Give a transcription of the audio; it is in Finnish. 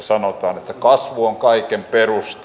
sanotaan että kasvu on kaiken perusta